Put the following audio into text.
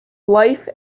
life